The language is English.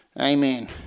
Amen